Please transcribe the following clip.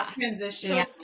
transition